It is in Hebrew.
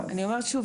אני אומרת שוב,